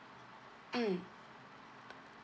mm